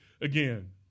again